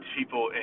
people